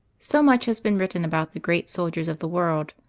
so much has been written about the great soldiers of the world,